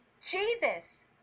Jesus